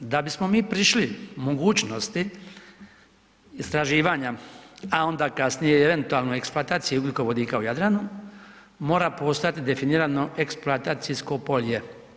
Da bismo mi prišli mogućnosti istraživanja, a onda kasnije eventualno i eksploataciji ugljikovodika u Jadranu, mora postojati definirano eksploatacijsko polje.